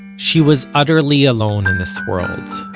she was utterly alone in this world.